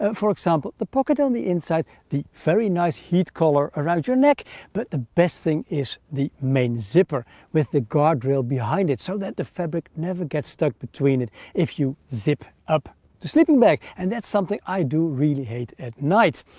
for example the pocket on the inside, the very nice heat collar around your neck but the best thing is the main zipper with the guard rail behind it so that the fabric never gets stuck between it if you zip up the sleeping bag and that's something i do really hate at night.